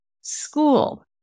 school